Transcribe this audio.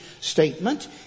statement